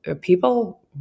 people